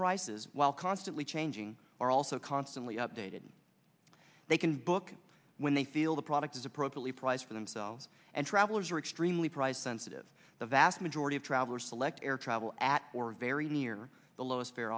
prices while constantly changing are also constantly updated they can book when they feel the product is appropriately price for themselves and travelers are extremely price sensitive the vast majority of travelers select air travel at or very near the lowest